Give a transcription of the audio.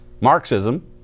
Marxism